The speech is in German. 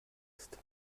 ist